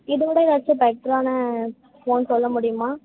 இதை விட ஏதாச்சும் பெட்டரான ஃபோன் சொல்ல முடியுமா